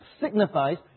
signifies